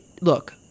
look